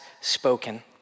spoken